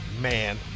Man